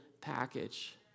package